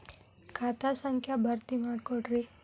ಖಾತಾ ಸಂಖ್ಯಾ ಭರ್ತಿ ಮಾಡಿಕೊಡ್ರಿ